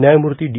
न्यायमूर्ती डी